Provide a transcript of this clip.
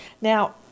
Now